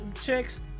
chicks